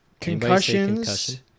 Concussions